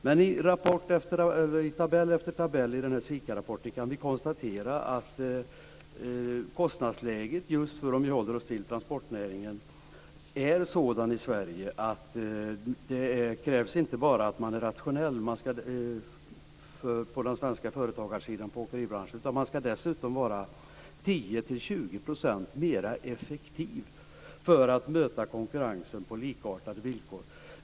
Men i tabell efter tabell i SIKA-rapporten kan vi konstatera att kostnadsläget för transportnäringen, om vi håller oss till den, är sådant i Sverige att det inte bara krävs att företag i den svenska åkeribranschen skall vara rationella. De skall dessutom vara 10-20 % mer effektiva för att möta konkurrensen på likartade villkor.